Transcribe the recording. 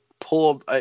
pull